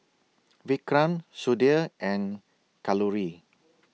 Vikram Sudhir and Kalluri